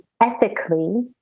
ethically